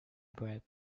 bribe